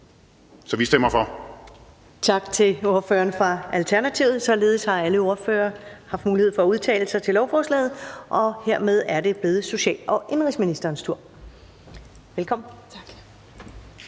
Ellemann): Tak til ordføreren for Alternativet. Således har alle ordførere haft mulighed for at udtale sig til lovforslaget, og hermed er det blevet social- og indenrigsministerens tur. Velkommen.